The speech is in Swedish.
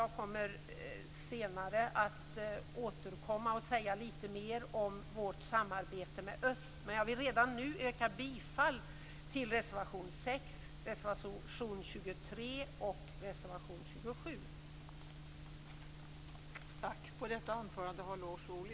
Jag återkommer senare med att säga lite mera om vårt samarbete med öst, men jag vill redan nu yrka bifall till reservationerna nr 6, 23 och 27.